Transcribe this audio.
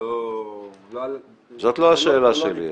לא על --- זאת לא השאלה שלי,